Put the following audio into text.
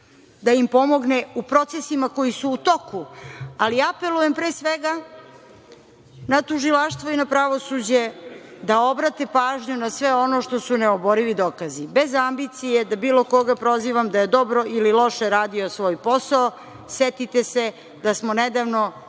da im pomogne u procesima koji su u toku. Apelujem, pre svega, na tužilaštvo i na pravosuđe da obrate pažnju na sve ono što su neoborivi dokazi. Bez ambicije da bilo koga prozivam da je dobro ili loše radio svoj posao. Setite se da smo nedavno